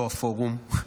לא הפורום,